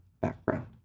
background